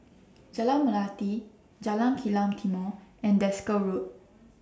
Jalan Melati Jalan Kilang Timor and Desker Road